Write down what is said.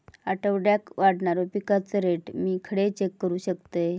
आठवड्याक वाढणारो पिकांचो रेट मी खडे चेक करू शकतय?